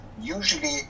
Usually